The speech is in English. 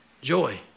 Joy